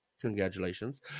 congratulations